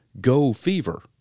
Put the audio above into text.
go-fever